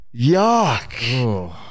Yuck